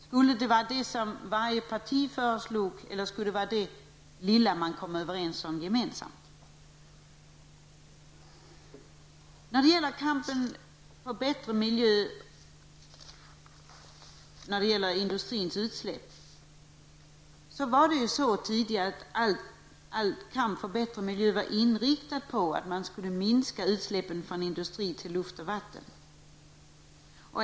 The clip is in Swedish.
Skulle det bli de anslag som varje enskilt parti föreslog, eller skulle det bli det lilla anslag man kom överens om gemensamt? Beträffande industrins utsläpp och kampen för en bättre miljö var det tidigare så att all kamp för en bättre miljö var inriktad på att minska utsläppen från industri till luft och vatten.